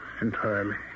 entirely